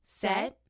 set